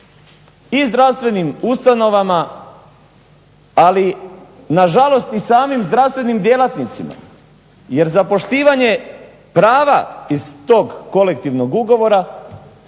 i zdravstvenim ustanovama, ali na žalost i samim zdravstvenim djelatnicima, jer za poštivanje prava iz tog kolektivnog ugovora